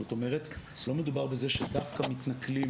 זאת אומרת לא מדובר בזה שדווקא מתנכלים